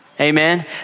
Amen